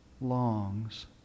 longs